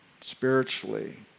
spiritually